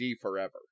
forever